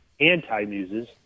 anti-muses